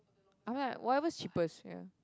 I'm like whatever's cheapest ya